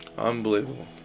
unbelievable